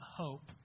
hope